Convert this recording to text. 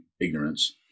ignorance